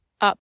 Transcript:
up